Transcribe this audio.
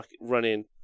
running